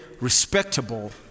respectable